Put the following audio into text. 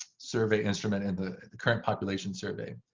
survey instrument, and the the current population survey.